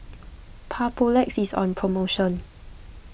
Papulex is on promotion